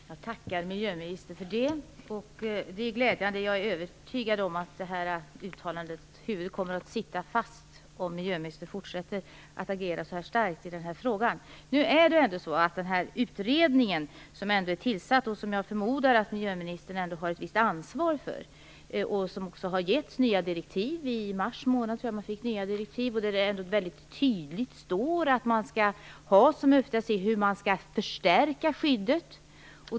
Fru talman! Jag tackar miljöministern för detta. Det är glädjande. Jag är efter detta uttalande övertygad om att huvudet kommer att sitta fast om miljöministern fortsätter att agera så här starkt i den här frågan. Jag förmodar att miljöministern ändå har ett visst ansvar för den utredning som är tillsatt. Den fick nya direktiv i mars månad, tror jag, där det tydligt står att man skall ha som utgångspunkt att skyddet skall förstärkas.